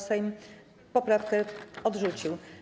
Sejm poprawkę odrzucił.